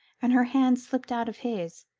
and her hand slipped out of his.